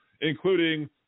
including